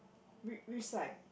wh~ which side